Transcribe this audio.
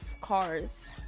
Cars